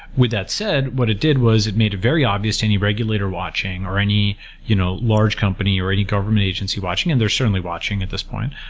with that said, what it did was it made a very obvious to any regulator watching, or any you know large company, or any government agency watching, and they're certainly watching at this point,